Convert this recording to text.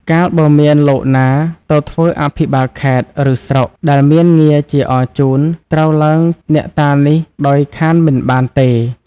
កាលបើមានលោកណាទៅធ្វើអភិបាលខេត្ត ឬ ស្រុក ដែលមានងារជាអរជូន ត្រូវឡើងអ្នកតានេះដោយខានមិនបានទេ ៕